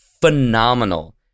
phenomenal